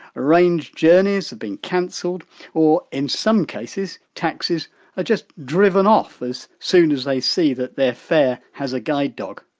arranged journeys have been cancelled or in some cases, taxis are just driven off as soon as they see that their fare has a guide dog.